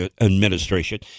administration